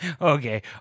Okay